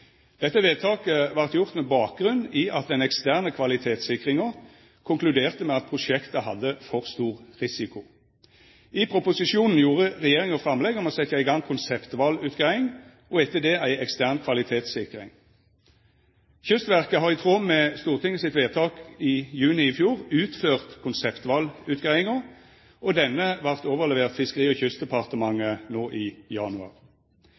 Dette vedtaket vart gjort med bakgrunn i at den eksterne kvalitetssikringa konkluderte med at prosjektet hadde for stor risiko. I proposisjonen gjorde regjeringa framlegg om å setja i gang ei konseptvalutgreiing og etter det ei ekstern kvalitetssikring. Kystverket har i tråd med Stortinget sitt vedtak i juni i fjor utført konseptvalutgreiinga, og denne vart overlevert Fiskeri- og kystdepartementet no i januar.